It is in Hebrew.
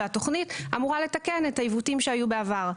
והתוכנית אמורה לתקן את העיוותים שהיו בעבר.